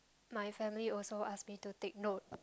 my family also ask me to take note